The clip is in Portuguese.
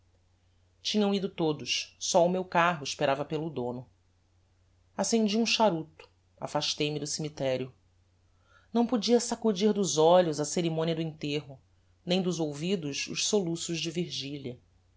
tinham ido todos só o meu carro esperava pelo dono accendi um charuto afastei-me do cemiterio não podia sacudir dos olhos a ceremonia do enterro nem dos ouvidos os soluços de virgilia